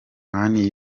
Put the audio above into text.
mani